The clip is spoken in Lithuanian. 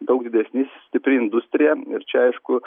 daug didesni stipri industrija ir čia aišku